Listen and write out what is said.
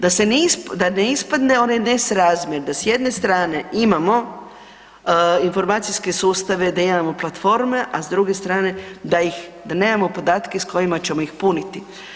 Da ne ispadne onaj nesrazmjer, da s jedne strane imamo informacijske sustave, da imamo platforme, a s druge strane da nemamo podatke s kojima ćemo ih puniti.